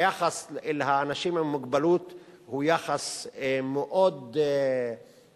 היחס אל האנשים עם מוגבלות הוא יחס מאוד אוהד,